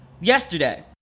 yesterday